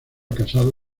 casado